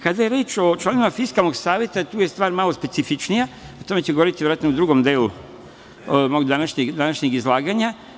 Kada je reč o članovima Fiskalnog saveta, tu je stvar malo specifičnija i o tome ću govoriti u drugom delu današnjeg izlaganja.